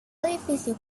edificio